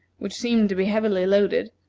which seemed to be heavily loaded,